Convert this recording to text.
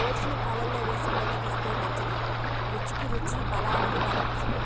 oats ను పాలల్లో వేసి పిల్లలకు ఇస్తే మంచిది, రుచికి రుచి బలానికి బలం